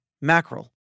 mackerel